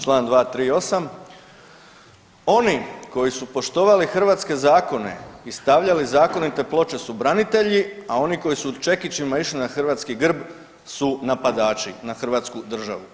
Članak 238., oni koji su poštovali hrvatske zakone i stavljali zakonite ploče su branitelji, a oni koji su čekićima išli na hrvatski grb su napadači na Hrvatsku državu.